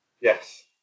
Yes